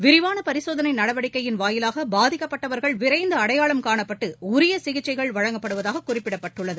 விரிவான பரிசோதனை நடவடிக்கையின் வாயிலாக பாதிக்கப்பட்டவர்கள் விரைந்து அடையாளம் காண்பிக்கப்பட்டு உரிய சிகிச்சைகள் வழங்கப்படுவதாக குறிப்பிடப்பட்டுள்ளது